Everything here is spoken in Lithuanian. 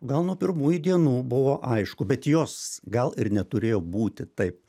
gal nuo pirmųjų dienų buvo aišku bet jos gal ir neturėjo būti taip